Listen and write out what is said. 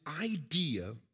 idea